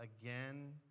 again